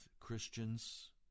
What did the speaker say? Christians